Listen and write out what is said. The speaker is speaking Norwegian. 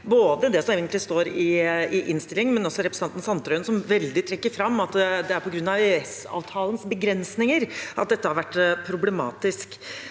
til det som egentlig står i innstillingen, men også til representanten Sandtrøen, som trekker veldig fram at det er på grunn av EØS-avtalens begrensninger dette har vært problematisk,